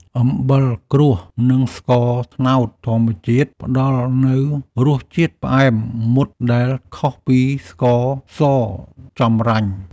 អំបិលគ្រួស និងស្ករត្នោតធម្មជាតិផ្ដល់នូវរសជាតិផ្អែមមុតដែលខុសពីស្ករសចម្រាញ់។